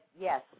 Yes